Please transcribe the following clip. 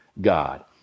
God